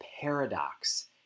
paradox